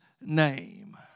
name